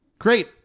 Great